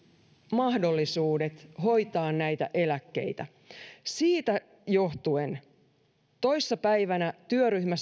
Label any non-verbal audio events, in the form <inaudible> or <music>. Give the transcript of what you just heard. mahdollisuudet hoitaa näitä eläkkeitä siitä johtuen toissa päivänä työryhmä <unintelligible>